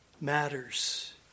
matters